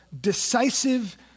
decisive